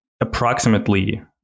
approximately